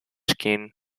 skin